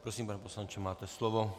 Prosím, pane poslanče, máte slovo.